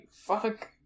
Fuck